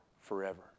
forever